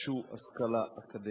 ירכשו השכלה אקדמית,